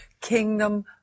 kingdom